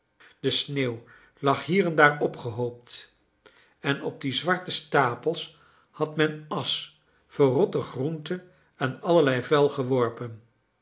de sneeuw lag hier en daar opgehoopt en op die zwarte stapels had men asch verrotte groente en allerlei vuil geworpen